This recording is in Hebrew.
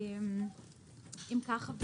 אם כך,